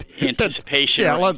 anticipation